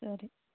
ಸರಿ